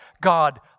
God